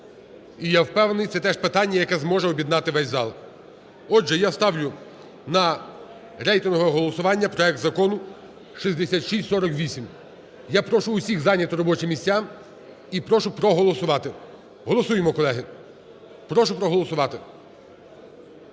І, я впевнений, це теж питання, яке зможе об'єднати весь зал. Отже, я ставлю на рейтингове голосування проект Закону 6648. Я прошу усіх зайняти робочі місця і прошу проголосувати. Голосуємо, колеги, прошу проголосувати.